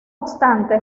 obstante